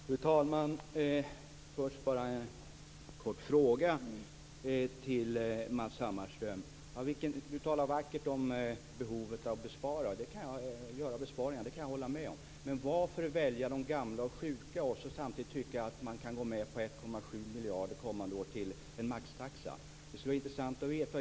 Fru talman! Först har jag bara en kort fråga till Matz Hammarström. Du talar vackert om behovet av att man skall göra besparingar. Det kan jag hålla med om. Men varför väljer man de gamla och sjuka och tycker samtidigt att man kan gå med på 1,7 miljarder under kommande år till en maxtaxa? Det skulle vara intressant att veta.